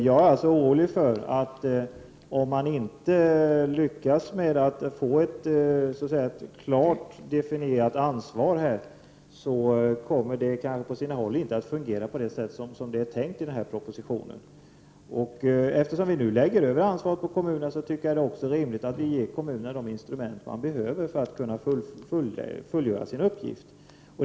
Jag är orolig för att det, om man inte får ett klart definierat ansvar, kanske på sina håll inte kommer fungera på det sätt som det är tänkt i den här propositionen. Eftersom man nu lägger över ansvaret på kommunerna vore det också rimligt att ge kommunerna de instrument som de behöver för att kunna fullgöra sina uppgifter.